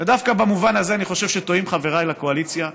ודווקא במובן הזה אני חושב שטועים חבריי לקואליציה,